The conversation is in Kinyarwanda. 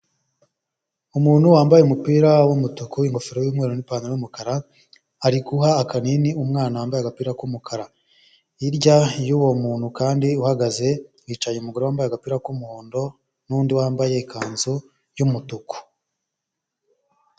Umuntu wambaye umupira w'umutuku, ingofero y'umweru n'ipantaro y'umukara, ari guha akanini umwana wambaye agapira k'umukara, hirya y'uwo muntu kandi uhagaze hicaye umugore wambaye agapira k'umuhondo n'undi wambaye ikanzu y'umutuku.